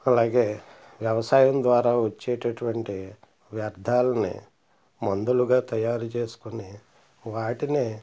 అలాగే వ్యవసాయం ద్వారా వచ్చేటటువంటి వ్యర్థాలని మందులుగా తయారు చేసుకుని వాటినే